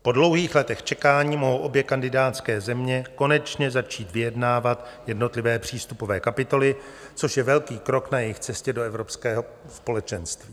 Po dlouhých letech čekání mohou obě kandidátské země konečně začít vyjednávat jednotlivé přístupové kapitoly, což je velký krok na jejich cestě do Evropského společenství.